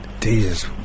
Jesus